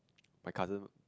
my cousin